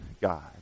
God